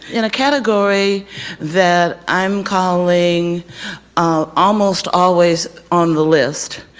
in a category that i'm calling almost always on the list,